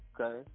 Okay